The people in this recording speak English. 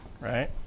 Right